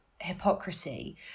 hypocrisy